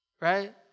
Right